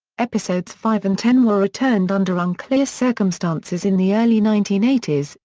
episodes five and ten were returned under unclear circumstances in the early nineteen eighty s,